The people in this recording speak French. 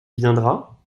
viendra